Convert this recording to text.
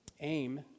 Aim